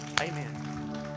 Amen